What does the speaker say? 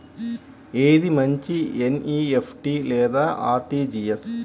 ఏది మంచి ఎన్.ఈ.ఎఫ్.టీ లేదా అర్.టీ.జీ.ఎస్?